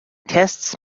tests